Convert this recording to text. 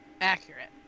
Accurate